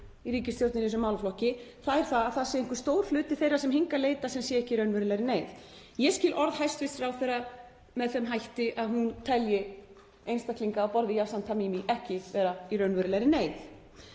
í ríkisstjórninni í þessum málaflokki, þ.e. að það sé einhver stór hluti þeirra sem hingað leita sem er ekki í raunverulegri neyð. Ég skil orð hæstv. ráðherra með þeim hætti að hún telji einstaklinga á borð við Yazan Tamimi ekki vera í raunverulegri neyð.